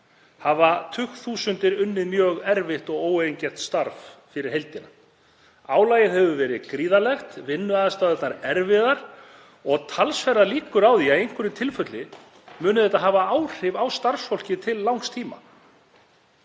hafa tugþúsundir unnið mjög erfitt og óeigingjarnt starf fyrir heildina. Álagið hefur verið gríðarlegt, vinnuaðstæðurnar erfiðar og talsverðar líkur á því að í einhverjum tilfellum muni það hafa áhrif á starfsfólk til langs tíma.